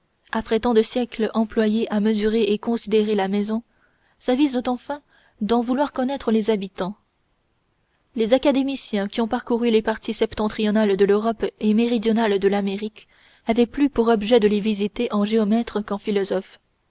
après tant de siècles employés à mesurer et considérer la maison s'avisent enfin d'en vouloir connaître les habitants les académiciens qui ont parcouru les parties septentrionales de l'europe et méridionales de l'amérique avaient plus pour objet de les visiter en géomètres qu'en philosophes